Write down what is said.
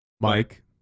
Mike